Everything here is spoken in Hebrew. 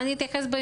אני אפרש את מה